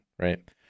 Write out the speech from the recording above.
Right